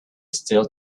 still